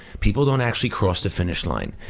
people don't actually cross the finish line.